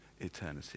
eternity